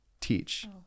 teach